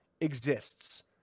exists